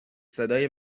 صدای